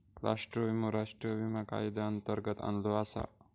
राष्ट्रीय विमो राष्ट्रीय विमा कायद्यांतर्गत आणलो आसा